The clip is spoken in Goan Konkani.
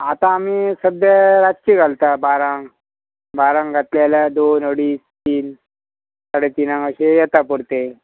आतां आमी सद्द्यां रातची घालता बारांक बारांक घातले जाल्यार दोन अडीज तीन साडे तिनांक अशें येता परते